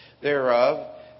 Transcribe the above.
thereof